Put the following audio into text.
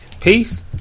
Peace